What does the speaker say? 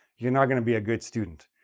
you're not going to be a good student.